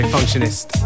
Functionist